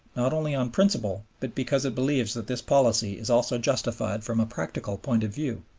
not only on principle, but because it believes that this policy is also justified from a practical point of view.